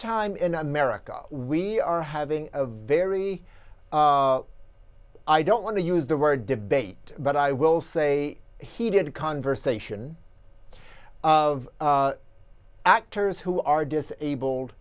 time in america we are having a very i don't want to use the word debate but i will say heated conversation of actors who are disabled